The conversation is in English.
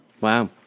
Wow